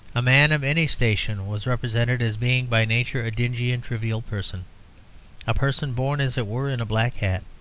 a man of any station was represented as being by nature a dingy and trivial person a person born, as it were, in a black hat.